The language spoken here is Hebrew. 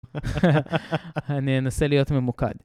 אני אנסה להיות ממוקד.